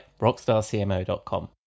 rockstarcmo.com